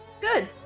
Good